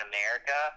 America